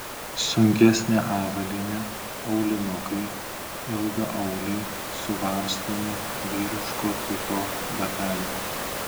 sunkesnė avalynė aulinukai ilgaauliai suvarstomi vyriško tipo bateliai